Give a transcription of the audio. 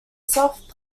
soft